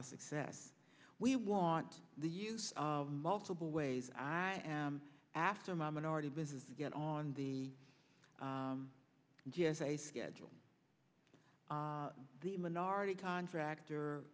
of success we want the use of multiple ways i am after my minority business to get on the g s a schedule the minority contractor